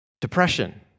Depression